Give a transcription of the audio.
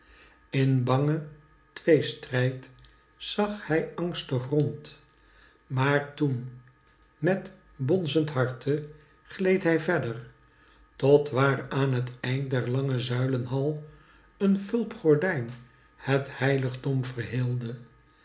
in bangen tweestrijd zag hij angstig rond maar toen met bonzend harte gleed hij verder tot waar aan t eind der lange zuilenhal een fulp gordijn het heiligdom verheelde